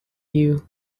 you